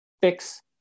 Fix